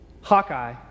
Hawkeye